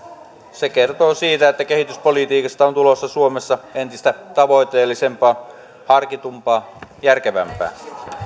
se kertoo siitä että kehityspolitiikasta on tulossa suomessa entistä tavoitteellisempaa harkitumpaa järkevämpää